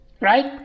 Right